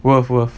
worth worth